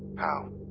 how.